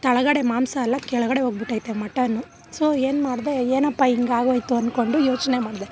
ತಳಗಡೆ ಮಾಂಸ ಎಲ್ಲ ಕೆಳಗಡೆ ಹೋಗ್ಬಿಟ್ಟೈತೆ ಮಟನ್ನು ಸೊ ಏನು ಮಾಡಿದೆ ಏನಪ್ಪಾ ಹಿಂಗಾಗೋಯ್ತು ಅನ್ಕೊಂಡು ಯೋಚನೆ ಮಾಡಿದೆ